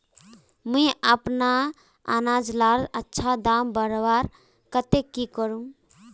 मुई अपना अनाज लार अच्छा दाम बढ़वार केते की करूम?